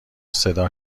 صدا